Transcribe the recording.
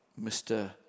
Mr